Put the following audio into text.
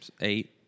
eight